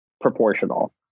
Proportional